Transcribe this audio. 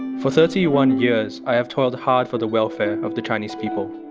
and for thirty one years, i have toiled hard for the welfare of the chinese people.